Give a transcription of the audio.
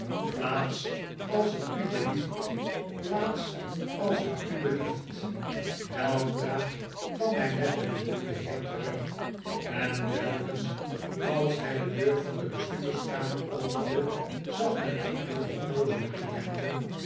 plaats als het u belieft plaats als het u belieft weldra kwam hij met den bedoelden heer terug en telkens als hij de deur van de bestuurskamer opende zag men enkele onnoozele clienten